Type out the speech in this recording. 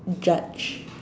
judge